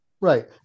Right